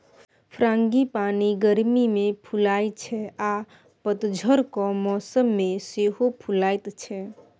frangipani गर्मी मे फुलाइ छै आ पतझरक मौसम मे सेहो फुलाएत छै